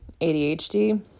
ADHD